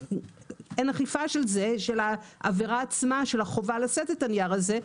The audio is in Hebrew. אין אכיפה של העבירה עצמה של החובה לשאת את הנייר הזה,